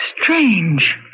Strange